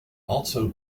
also